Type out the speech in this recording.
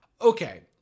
okay